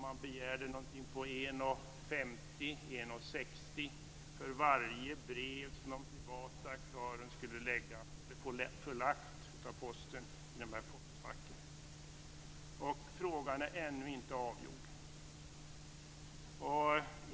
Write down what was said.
Man begärde 1:50 eller 1:60 för varje brev som en privat aktör skulle få lagt i dessa postfack av Posten. Frågan är ännu inte avgjord.